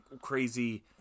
crazy